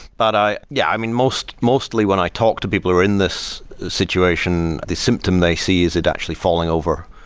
but yeah, i mean most mostly when i talk to people who are in this situation, the symptom they see is it actually falling over.